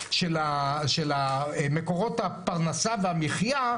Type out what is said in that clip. מקורות הפרנסה והמחיה,